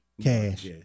Cash